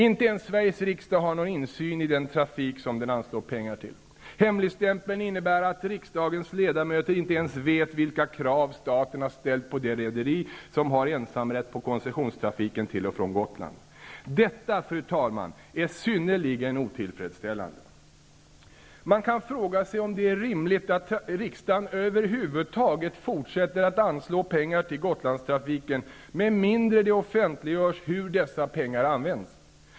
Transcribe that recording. Inte ens Sveriges riksdag har någon insyn i den trafik som den anslår pengar till. Hemligstämpeln innebär att riksdagens ledamöter inte ens vet vilka krav staten har ställt på det rederi som har ensamrätt på koncessionstrafiken till och från Gotland. Detta, fru talman, är synnerligen otillfredsställande. Man kan fråga sig om det är rimligt att riksdagen över huvud taget fortsätter att anslå pengar till Gotlandstrafiken med mindre det offentliggörs hur dessa pengar används.